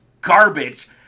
garbage